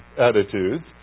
attitudes